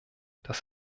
das